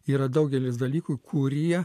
yra daugelis dalykų kurie